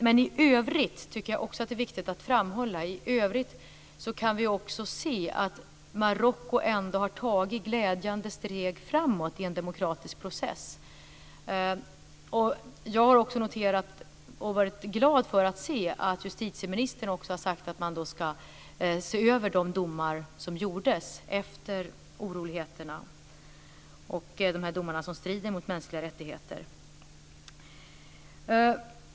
Men i övrigt är det viktigt att framhålla att Marocko ändå har tagit glädjande steg framåt i en demokratisk process. Jag har också med glädje noterat att justitieministern har sagt att man ska se över de domar som fälldes efter oroligheterna och som strider mot mänskliga rättigheter.